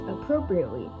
appropriately